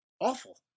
awful